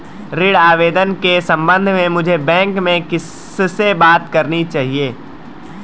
ऋण आवेदन के संबंध में मुझे बैंक में किससे बात करनी चाहिए?